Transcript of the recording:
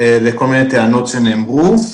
לכל מיני טענות שנאמרו.